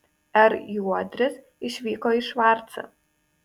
r juodris išvyko į švarcą